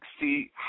see